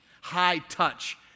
high-touch